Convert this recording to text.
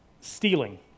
stealing